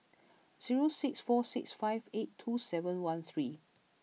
zero six four six five eight two seven one three